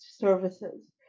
services